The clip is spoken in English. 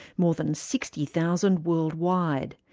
more than sixty thousand worldwide,